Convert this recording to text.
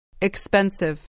Expensive